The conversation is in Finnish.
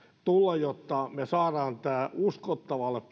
tulla jotta me saamme tämän talouden uskottavalle